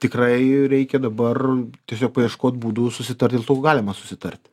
tikrai reikia dabar tiesiog paieškot būdų susitart dėl to ko galima susitart